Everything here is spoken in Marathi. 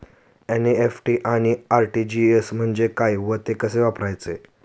एन.इ.एफ.टी आणि आर.टी.जी.एस म्हणजे काय व कसे वापरायचे?